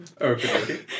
okay